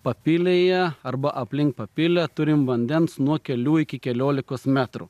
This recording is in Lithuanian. papilėje arba aplink papilę turim vandens nuo kelių iki keliolikos metrų